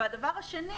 ושנית,